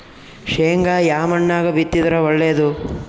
ಶೇಂಗಾ ಯಾ ಮಣ್ಣಾಗ ಬಿತ್ತಿದರ ಒಳ್ಳೇದು?